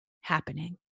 happening